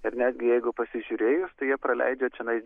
ir netgi jeigu pasižiūrėjus tai jie praleidžia čianais